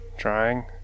trying